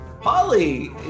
Polly